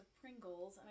Pringles